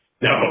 No